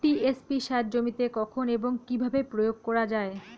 TSP সার জমিতে কখন এবং কিভাবে প্রয়োগ করা য়ায়?